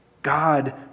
God